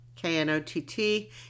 K-N-O-T-T